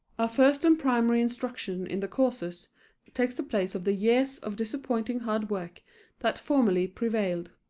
our first and primary instruction in the courses takes the place of the years of disappointing hard work that formerly prevailed.